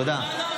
תודה.